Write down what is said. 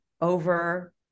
over